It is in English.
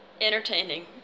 entertaining